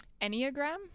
Enneagram